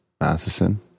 Matheson